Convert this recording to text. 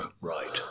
Right